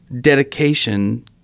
dedication